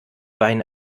wein